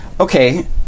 okay